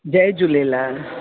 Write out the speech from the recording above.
Jay Jhulelal